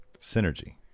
Synergy